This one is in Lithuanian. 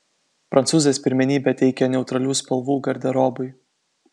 prancūzės pirmenybę teikia neutralių spalvų garderobui